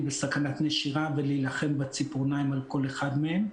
בסכנת נשירה ולהילחם בציפורניים על כל אחד מהם.